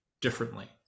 differently